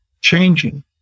changing